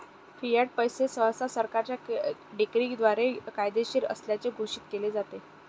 Fiat पैसे सहसा सरकारच्या डिक्रीद्वारे कायदेशीर असल्याचे घोषित केले जाते